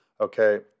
Okay